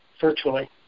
virtually